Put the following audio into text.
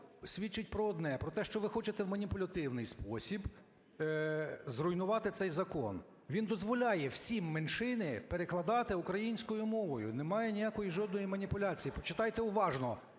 свідчить про одне – про те, що ви хочете в маніпулятивний спосіб зруйнувати цей закон. Він дозволяє всі меншини перекладати українською мовою. Немає ніякої, жодної маніпуляції, почитайте уважно: